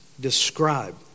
describe